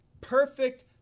perfect